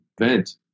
event